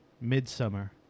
Midsummer